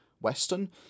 western